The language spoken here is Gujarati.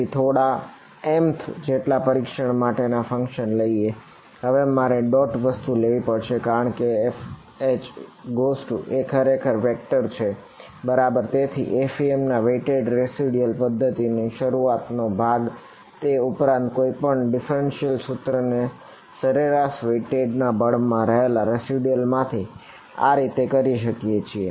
તેથી થોડા mth જેટલા પરીક્ષણ માટેના ફંક્શન વસ્તુ લેવી પડશે કારણ કે આ FH એ ખરેખર વેક્ટર માંથી આ રીતે કરી શકીએ છીએ